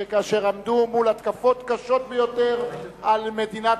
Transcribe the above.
כאשר עמדו מול התקפות קשות ביותר על מדינת